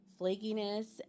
flakiness